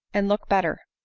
and look. better.